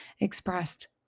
expressed